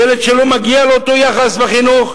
ילד שלא מגיע לו אותו יחס בחינוך.